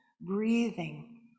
breathing